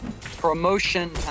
Promotion